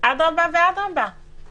אדרבה ואדרבה;